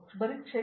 professor